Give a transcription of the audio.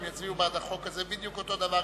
הם יצביעו בעד החוק הזה בדיוק אותו הדבר,